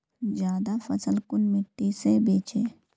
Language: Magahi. ज्यादा फसल कुन मिट्टी से बेचे?